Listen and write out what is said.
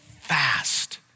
fast